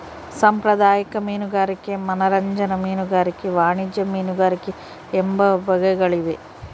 ಸಾಂಪ್ರದಾಯಿಕ ಮೀನುಗಾರಿಕೆ ಮನರಂಜನಾ ಮೀನುಗಾರಿಕೆ ವಾಣಿಜ್ಯ ಮೀನುಗಾರಿಕೆ ಎಂಬ ಬಗೆಗಳಿವೆ